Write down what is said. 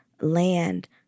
land